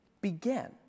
began